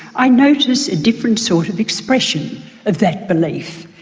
i notice a different sort of expression of that belief.